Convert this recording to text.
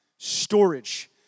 Storage